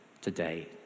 today